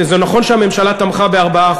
וזה נכון שהממשלה תמכה ב-4%.